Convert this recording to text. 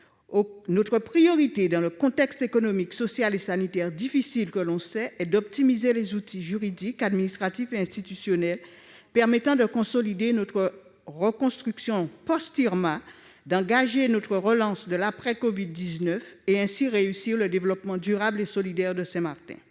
Notre priorité dans le contexte économique, social et sanitaire difficile actuel est d'optimiser les outils juridiques, administratifs et institutionnels permettant de consolider notre reconstruction post-Irma, d'engager notre relance de l'après-covid-19 et ainsi de réussir le développement durable et solidaire de Saint-Martin.